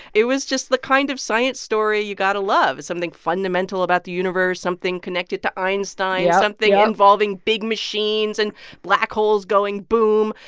it was just the kind of science story you got to love something fundamental about the universe, something connected to einstein, something ah involving big machines and black holes going boom.